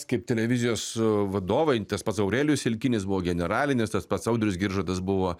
kaip televizijos vadovai tas pats aurelijus silkinis buvo generalinis tas pats audrius giržadas buvo